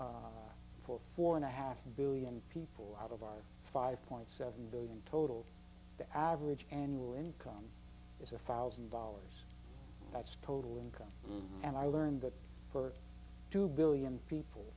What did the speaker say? today for four and a half billion people out of our five point seven billion total the average annual income is a thousand dollars that's postal income and i learned that for two billion people